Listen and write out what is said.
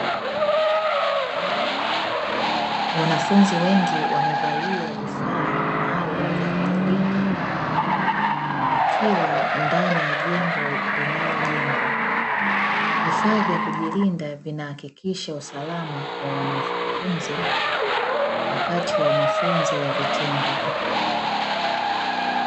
Wanafunzi wengi wamevalia vifaa maalumu vya kujilinda wakiwa ndani ya jengo linalojengwa, vifaa vya kujilinda vinahakikisha usalama wa wanafunzi wakati wa mafunzo ya vitendo.